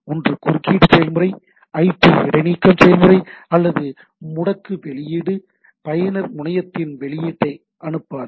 ஒன்று குறுக்கீடு செயல்முறை ஐபி இடைநீக்கம் செயல்முறை அல்லது முடக்கு வெளியீடு பயனர் முனையத்திற்கு வெளியீட்டை அனுப்பாது